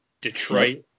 Detroit